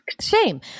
Shame